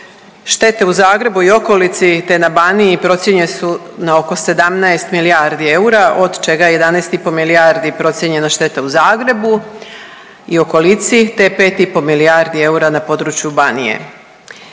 Štete u Zagrebu i okolici, te na Baniji procijenjene su na oko 17 milijardi eura, od čega je 11 i po milijardi procijenjena šteta u Zagrebu i okolici, te 5 i po milijardi eura na području Banije.